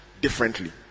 differently